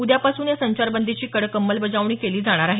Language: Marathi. उद्यापासून या संचारबंदीची कडक अंमलबजावणी केली जाणार आहे